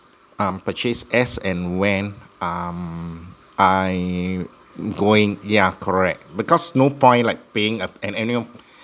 um purchase as and when um I going yeah correct because no point like paying a an annual